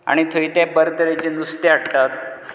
आनी थंय ते बरें तरेचें नुस्तें हाडटात